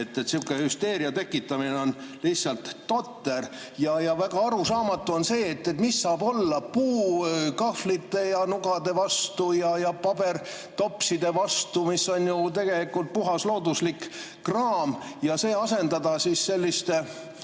Sihuke hüsteeria tekitamine on lihtsalt totter. Ja väga arusaamatu on see, mis saab olla puukahvlite ja -nugade vastu ja pabertopside vastu, mis on ju tegelikult puhas looduslik kraam, ja see asendada siis selliste